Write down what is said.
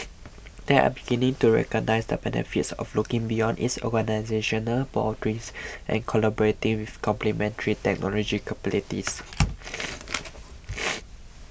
they are beginning to recognise the benefits of looking beyond its organisational boundaries and collaborating with complementary technological capabilities